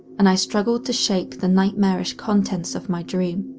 and i struggled to shake the nightmarish contents of my dream.